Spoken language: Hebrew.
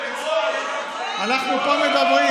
אנחנו פה מדברים,